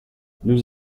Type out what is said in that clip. nous